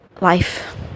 life